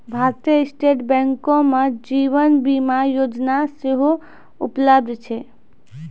भारतीय स्टेट बैंको मे जीवन बीमा योजना सेहो उपलब्ध छै